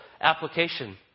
application